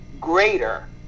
greater